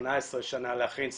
18 שנה להכין סנדוויץ'